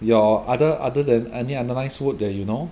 your other other than any other nice food that you know